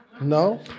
No